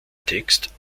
text